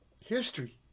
history